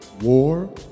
War